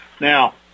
Now